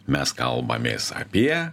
mes kalbamės apie